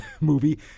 movie